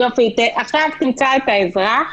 עכשיו תמצא את האזרח